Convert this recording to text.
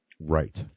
right